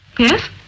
Yes